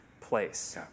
place